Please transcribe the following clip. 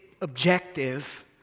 objective